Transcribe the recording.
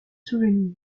souvenir